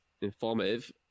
informative